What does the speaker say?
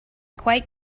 quite